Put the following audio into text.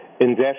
invest